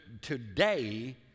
today